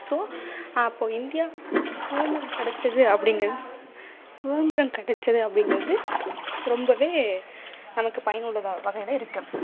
so அப்போ India சுதந்திரம் கிடச்சது அப்படிங்கு சுதந்திரம் கிடச்சது அப்படிங்கறது ரொம்பவே நமக்கு பயனுள்ளதாக வகையில் இருக்கு